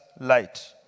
light